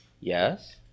yes